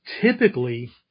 typically